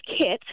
Kit